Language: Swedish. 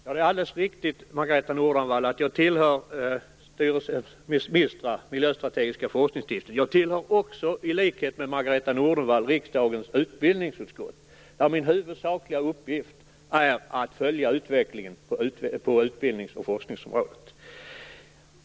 Fru talman! Ja, det är alldeles riktigt, Margareta Nordenvall, att jag tillhör styrelsen i MISTRA, Miljöstrategiska forskningsstiftelsen. I likhet med Margareta Nordenvall tillhör jag också riksdagens utbildningsutskott, där min huvudsakliga uppgift är att följa utvecklingen på utbildnings och forskningsområdet.